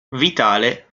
vitale